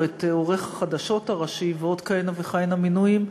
את עורך החדשות הראשי ועוד כהנה וכהנה מינויים,